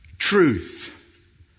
truth